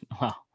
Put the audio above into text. Wow